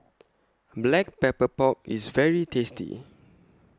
Black Pepper Pork IS very tasty